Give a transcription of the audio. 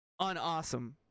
unawesome